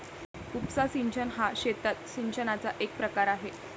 उपसा सिंचन हा शेतात सिंचनाचा एक प्रकार आहे